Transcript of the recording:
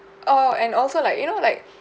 oh and also like you know like